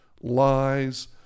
lies